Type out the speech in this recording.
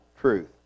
truth